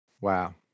Wow